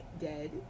dead